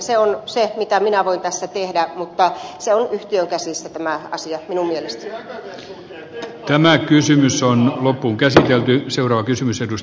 se on se mitä minä voin tässä tehdä mutta tämä asia on yhtiön käsissä minun mielestäni tämä kysymys on loppukesän jälkeen seuraa kysymys jos